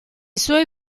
suoi